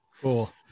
cool